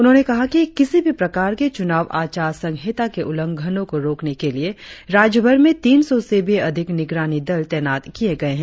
उन्होंने कहा कि किसी भी प्रकार के चुनाव आचार संहिता के उल्लंघनों को रोकने के लिए राज्यभर में तीन सौ से भी अधिक निगरानी दल तैनात किए गए है